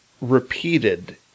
repeated